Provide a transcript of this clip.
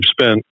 spent